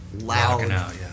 loud